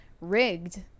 Rigged